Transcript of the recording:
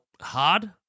hard